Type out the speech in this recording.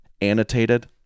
Annotated